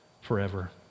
forever